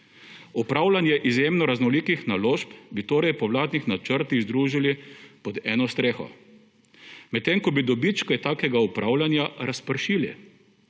Upravljanje izjemno raznolikih naložb bi torej po vladnih načrtih združili pod eno streho. Med tem ko bi dobičke takega upravljanja razpršili